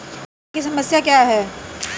कृषि बाजार की समस्या क्या है?